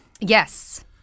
Yes